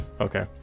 Okay